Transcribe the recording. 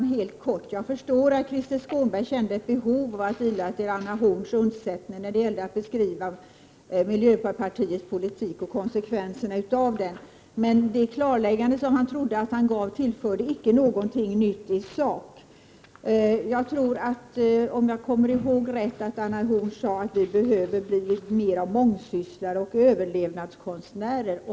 Fru talman! Jag förstår att Krister Skånberg kände ett behov av att ila till Anna Horn af Rantziens undsättning när det gällde att beskriva miljöpartiets politik och konsekvenserna av den. Det klarläggande som han trodde att han gav tillförde emellertid icke någonting nytt i sak. Om jag kommer ihåg rätt sade Anna Horn af Rantzien att vi behöver bli mer av mångsysslare och överlevnadskonstnärer.